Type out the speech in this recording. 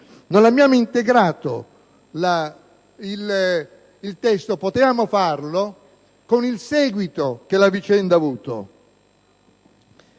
non abbiamo integrato il testo con il seguito che la vicenda ha avuto,